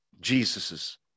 Jesus's